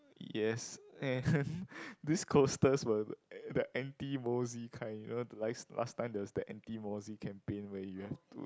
yes and these coasters were the anti mozzie kind you know last last time there's the anti mozzie campaign where you have to